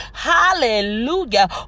Hallelujah